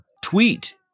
tweet